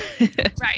Right